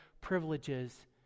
privileges